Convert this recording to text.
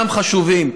כולם חשובים.